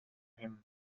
him